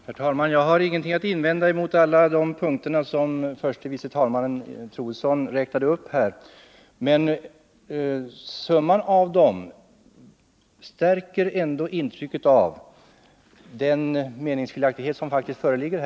Herr talman! Jag har ingenting att invända mot alla de punkter som förste vice talmannen Troedsson räknade upp här. Men summan av dem stärker ändå intrycket av den meningsskiljaktighet som faktiskt föreligger.